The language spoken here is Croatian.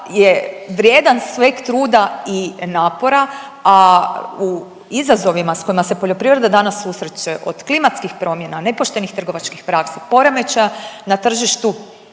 je vrijedan sveg truda i napora, a u izazovima s kojima se poljoprivreda danas susreće od klimatskih promjena, nepoštenih trgovačkih praksi, poremećaja na tržištu